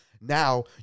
now